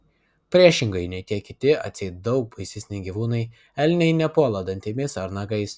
priešingai nei tie kiti atseit daug baisesni gyvūnai elniai nepuola dantimis ar nagais